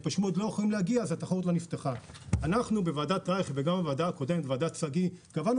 אנחנו בוועדת רייך וגם בוועדת שגיא קבענו